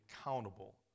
accountable